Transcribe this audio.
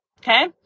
okay